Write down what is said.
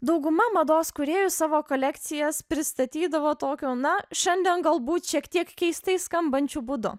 dauguma mados kūrėjų savo kolekcijas pristatydavo tokio na šiandien galbūt šiek tiek keistai skambančiu būdu